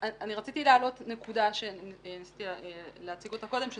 רציתי להעלות נקודה והיא מראה את